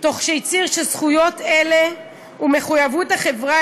תוך שהצהיר שזכויות אלה ומחויבות החברה